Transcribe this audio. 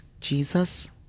Jesus